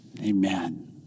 amen